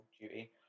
Duty